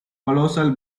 colossal